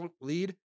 lead